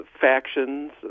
factions